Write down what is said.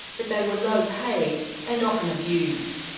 but they were low-paid and often abused.